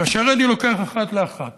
כאשר אני לוקח אחת לאחת